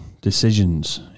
decisions